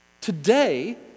Today